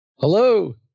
Hello